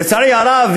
לצערי הרב,